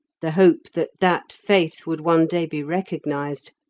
the hope that that faith would one day be recognised,